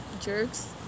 jerks